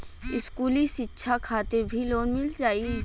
इस्कुली शिक्षा खातिर भी लोन मिल जाई?